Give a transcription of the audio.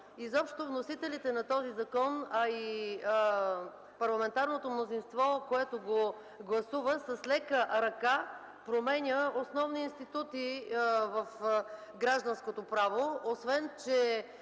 Изобщо вносителите на този закон, а и парламентарното мнозинство, което го гласува, с лека ръка променя основни институти в гражданското право. Освен че